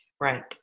Right